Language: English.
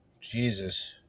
Jesus